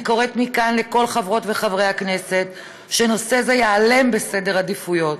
אני קוראת מכאן לכל חברות וחברי הכנסת שנושא זה יעלה בסדר העדיפויות.